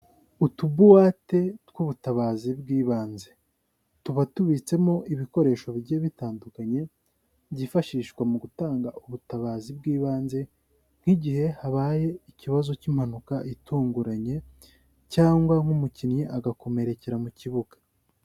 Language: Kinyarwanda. Utubuwate tw'ubutabazi bw'ibanze. Tuba tubitsemo ibikoresho bigiye bitandukanye, byifashishwa mu gutanga ubutabazi bw'ibanze nk'igihe habaye ikibazo cy'impanuka itunguranye cyangwa nk'umukinnyi agakomerekera mu kibuga.